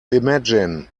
imagine